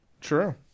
true